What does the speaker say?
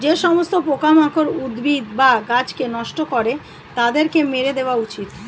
যে সমস্ত পোকামাকড় উদ্ভিদ বা গাছকে নষ্ট করে তাদেরকে মেরে দেওয়া উচিত